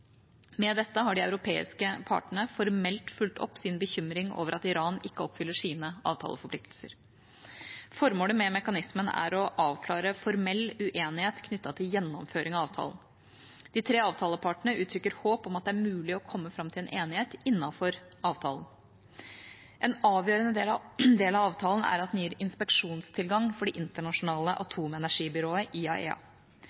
Med dette har de europeiske partene formelt fulgt opp sin bekymring over at Iran ikke oppfyller sine avtaleforpliktelser. Formålet med mekanismen er å avklare formell uenighet knyttet til gjennomføring av avtalen. De tre avtalepartene uttrykker håp om at det er mulig å komme fram til en enighet innenfor avtalen. En avgjørende del av avtalen er at den gir inspeksjonstilgang for Det internasjonale